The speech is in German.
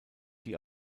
die